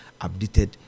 updated